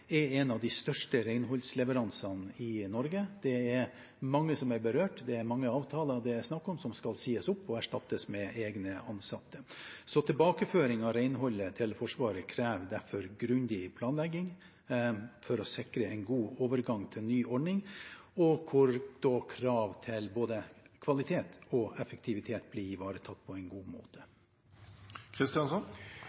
er en av de største renholdsleveransene i Norge. Det er mange som er berørt. Det er mange avtaler det er snakk om som skal sies opp og erstattes med egne ansatte. Tilbakeføring av renholdet til Forsvaret krever derfor grundig planlegging for å sikre en god overgang til ny ordning, og hvor krav til både kvalitet og effektivitet blir ivaretatt på en god måte.